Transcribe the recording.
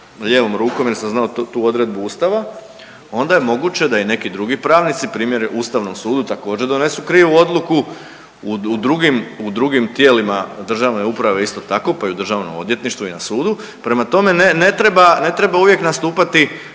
lijevom rukom jer sam znao tu odredbu Ustava, onda je moguće da i neki drugi pravnici, primjer u Ustavnom sudu također, donesu krivu odluku, u drugim tijelima državne uprave isto tako, pa i u državnom odvjetništvu i na sudu, prema tome, ne treba, ne treba uvijek nastupati